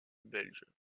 belge